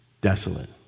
desolate